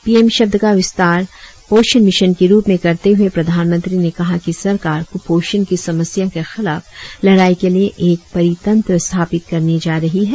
P M शब्द का विस्तार पोषण मिशन के रुप में करते हुए प्रधानमंत्री ने कहा कि सरकार कुपोषण की समस्या के खिलाफ लड़ाई के लिए एक परितंत्र स्थापित करने जा रही है